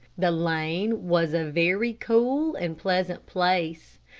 the lane was a very cool and pleasant place.